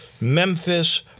Memphis